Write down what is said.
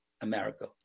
America